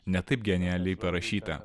ne taip genialiai parašytą